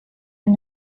and